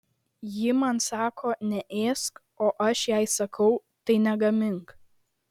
ji man sako neėsk o aš jai sakau tai negamink